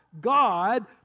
God